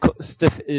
stiff